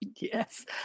Yes